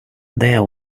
there